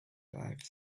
dive